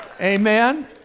Amen